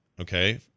okay